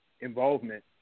involvement